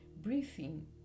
Breathing